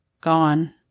gone